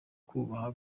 kubaha